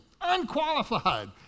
Unqualified